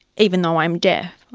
even though i'm deaf,